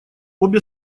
обе